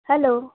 hello